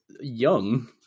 young